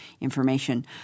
information